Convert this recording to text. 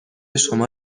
شما